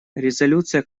резолюция